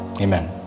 amen